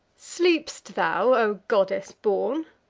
sleep'st thou, o goddess-born!